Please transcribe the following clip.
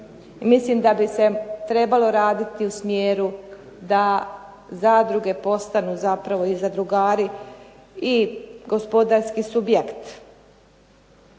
Mislim da bi se trebalo raditi u smjeru da zadruge postanu i zadrugari i gospodarski subjekt,